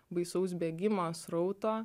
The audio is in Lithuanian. baisaus bėgimo srauto